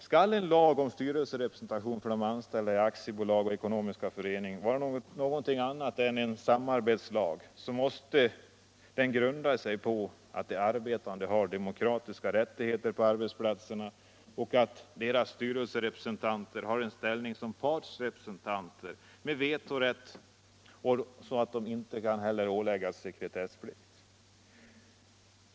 Skall en lag om styrelserepresentation för de anställda i aktiebolag och ekonomiska föreningar vara någonting annat än en samarbetslag måste den grunda sig på att de arbetande har demokratiska rättigheter på arbetsplatserna och att deras styrelserepresentanter har ställning som partsrepresentanter med vetorätt och att de inte heller kan åläggas sekretessplikt.